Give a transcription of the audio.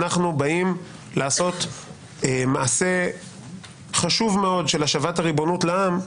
אנחנו באים לעשות מעשה חשוב מאוד של השבת הריבונות לעם,